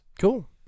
Cool